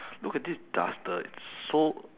look at this duster it's so